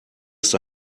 ist